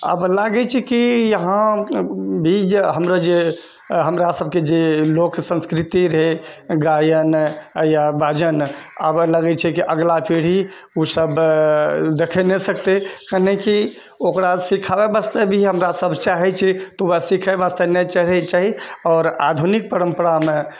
आब लागै छै कि यहाँ भी जे हमरा जे हमरा सबके जे लोकसंस्कृति रहै गायन या बाजन आब लगै छै की अगला पीढ़ी ओ सब देखए नहि सकतै कनेकी ओकरा सिखाबय वास्ते भी हमरासब चाहै छी तऽ ओएह सिखय वास्ते नहि चाहै छै आओर आधुनिक परम्परामे